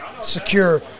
secure